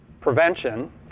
prevention